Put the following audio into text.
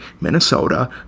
Minnesota